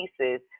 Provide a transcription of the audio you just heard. pieces